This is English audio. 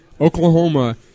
Oklahoma